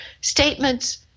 statements